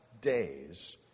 days